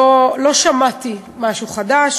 לא שמעתי משהו חדש,